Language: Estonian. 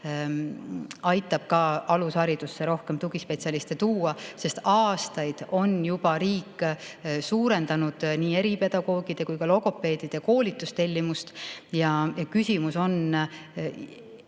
aitab ka alusharidusse rohkem tugispetsialiste tuua. Aastaid on riik suurendanud nii eripedagoogide kui ka logopeedide koolitustellimust. Küsimus pole